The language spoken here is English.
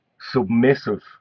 submissive